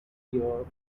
you